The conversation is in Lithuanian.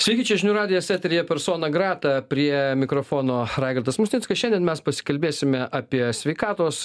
sveiki čia žinių radijas eteryje persona grata prie mikrofono raigardas musnickas šiandien mes pasikalbėsime apie sveikatos